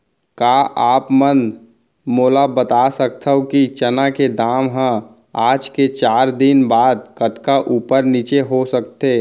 का आप मन मोला बता सकथव कि चना के दाम हा आज ले चार दिन बाद कतका ऊपर नीचे हो सकथे?